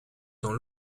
dans